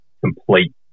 complete